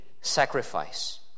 sacrifice